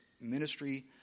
ministry